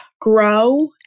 grow